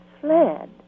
fled